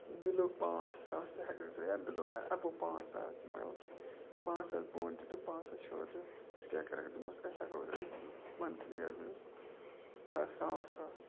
below پانٛژھ ساس تہِ ہٮ۪کوکھ ترٛٲیِتھ یا بِلو اٮ۪بو پانٛژھ ساس تہِ مطلب پانٛژھ ساس بۄن تہِ تہٕ پانٛژھ ساس ہیوٚر تہِ ژٕ کیٛاہ کَرَکھ دوٚپمَس أسۍ ہٮ۪کو ترٛٲیِتھ مَنتھلی ہٮ۪کہٕ بہٕ ساس ساس